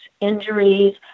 injuries